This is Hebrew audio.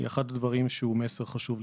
זה אחד מהדברים שהם מסר חשוב לכולנו.